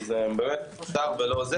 זה באמת מיותר ולא עוזר.